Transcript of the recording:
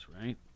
right